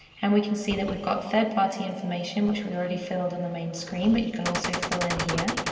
and we can see that we've got third party information which we already filled on the main screen, but you can also fill in here.